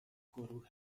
گروه